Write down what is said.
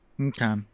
Okay